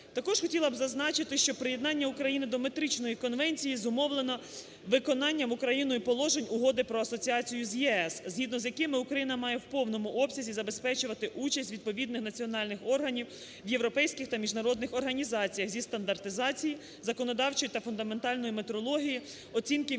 Також хотіла б зазначити, що приєднання України до метричної конвенції зумовлено виконанням Україною положень Угоди про асоціацію з ЄС, згідно з якими Україна має в повному обсязі забезпечувати участь відповідних національних органів в європейських та міжнародних організаціях зі стандартизації законодавчої та фундаментальної метрології, оцінки